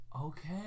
Okay